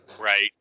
Right